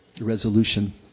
Resolution